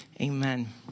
Amen